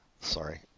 sorry